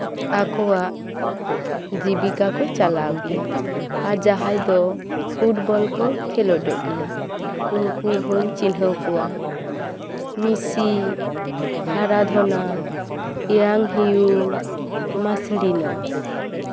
ᱟᱠᱚᱣᱟᱜ ᱡᱤᱵᱤᱠᱟ ᱠᱚ ᱪᱟᱞᱟᱣ ᱜᱮᱭᱟ ᱟᱨ ᱡᱟᱦᱟᱸᱭ ᱫᱚ ᱯᱷᱩᱴᱵᱚᱞ ᱠᱚ ᱠᱷᱮᱞᱳᱰᱚᱜ ᱜᱮᱭᱟ ᱩᱱᱠᱩ ᱦᱚᱧ ᱪᱤᱱᱦᱟᱹᱣ ᱠᱚᱣᱟ ᱢᱮᱥᱤ ᱦᱟᱨᱟᱫᱷᱚᱱᱟ ᱮᱭᱟᱝ ᱦᱤᱭᱩᱢ ᱢᱟᱥᱲᱤᱱᱳ